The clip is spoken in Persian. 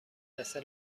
مدرسه